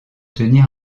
tenir